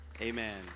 Amen